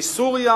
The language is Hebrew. מסוריה